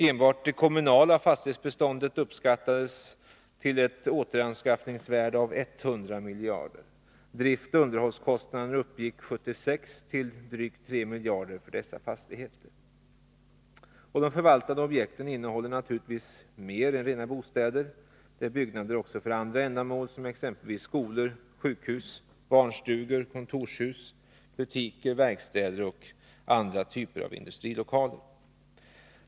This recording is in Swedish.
Enbart det kommunala fastighetsbeståndet uppskattades ha ett återanskaffningsvärde av 100 miljarder kronor. Driftoch underhållskostnaderna uppgick 1976 till drygt 3 miljarder kronor för dessa fastigheter. De förvaltade objekten innehåller naturligtvis mer än bara bostäder. Det är byggnader också för andra ändamål, exempelvis skolor, sjukhus, barnstugor, kontorshus, butiker, verkstäder och andra typer av industrilokaler.